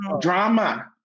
Drama